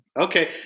Okay